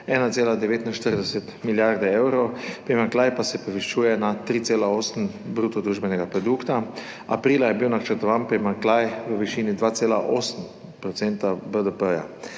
1,49 milijarde evrov, primanjkljaj pa se povečuje na 3,8 bruto družbenega produkta, aprila je bil načrtovan primanjkljaj v višini 2,8 % BDP.